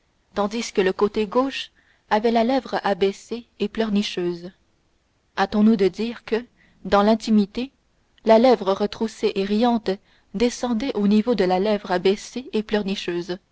tandis que le côté gauche avait la lèvre abaissée et pleurnicheuse hâtons-nous de dire que dans l'intimité la lèvre retroussée et riante descendait au niveau de la lèvre abaissée et pleurnicheuse